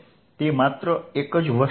તે માત્ર એક જ વસ્તુ છે